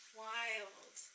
wild